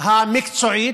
וגם המקצועית,